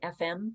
fm